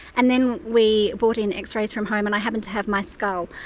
and then we brought in x-rays from home and i happened to have my skull,